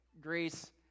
grace